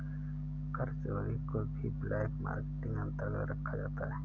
कर चोरी को भी ब्लैक मार्केटिंग के अंतर्गत रखा जाता है